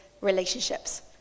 relationships